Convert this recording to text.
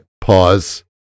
pause